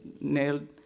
nailed